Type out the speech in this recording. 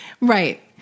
right